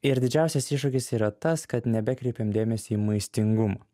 ir didžiausias iššūkis yra tas kad nebekreipiam dėmesio į maistingumą